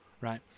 right